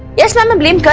yes, ma'am, i